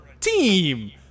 team